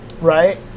right